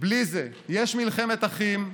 בלי זה יש מלחמת אחים.